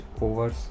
over